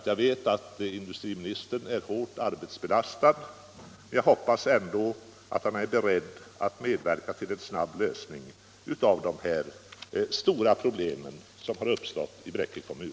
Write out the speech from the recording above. Jag vet att industriministern är hårt arbetsbelastad, men jag hoppas ändå att han är beredd att medverka till en snabb lösning av de stora problem som har uppstått i Bräcke kommun.